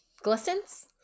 Glistens